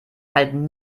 halten